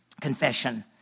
Confession